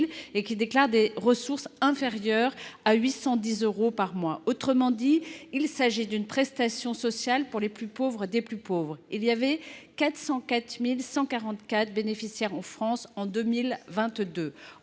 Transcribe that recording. et qui déclarent des ressources inférieures à 810 euros par mois. Autrement dit, il s’agit d’une prestation sociale pour les plus pauvres des plus pauvres. En 2022, la France comptait 404 144 bénéficiaires de l’AME.